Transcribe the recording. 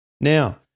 Now